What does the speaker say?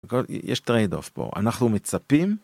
יש טרייד אוף פה אנחנו מצפים.